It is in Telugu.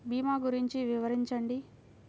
భీమా గురించి వివరించండి?